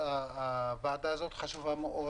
הוועדה הזו חשובה מאוד.